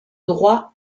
droit